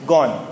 Gone